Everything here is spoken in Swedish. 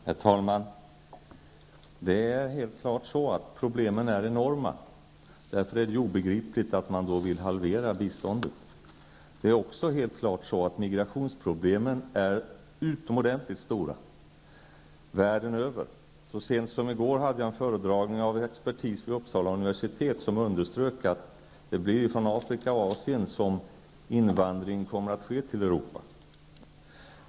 Herr talman! Det är helt klart på det sättet att problemen är enorma. Därför är det obegripligt att man vill halvera biståndet. Det är också helt klart på det sättet att migrationsproblemen är utomordentligt stora världen över. Så sent som i går hade jag en föredragning av expertis vid Uppsala universitet som underströk att det är från Afrika och Asien som invandring till Europa kommer att ske.